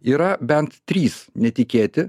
yra bent trys netikėti